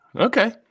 Okay